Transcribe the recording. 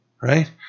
right